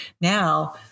Now